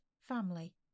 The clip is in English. Family